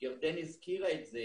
ירדן הזכירה את זה